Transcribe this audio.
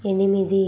ఎనిమిది